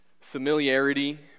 Familiarity